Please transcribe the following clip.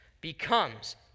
becomes